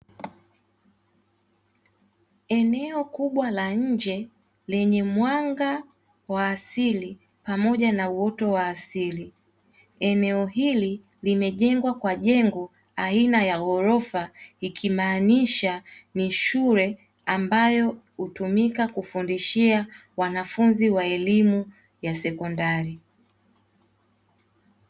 Eneo kubwa la nje lenye mwanga wa asili pamoja na uoto wa asili, eneo hili limejengwa kwa jengo aina ya ghorofa ikimaanisha ni shule ambayo hutumika kufundishia wanafunzi wa elimu ya sekondari.